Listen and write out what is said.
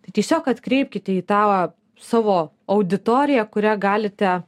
tai tiesiog atkreipkite į tą savo auditoriją kurią galite